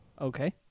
Okay